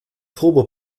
turbo